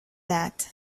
that